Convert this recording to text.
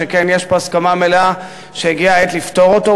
שכן יש פה הסכמה מלאה שהגיעה העת לפתור אותו,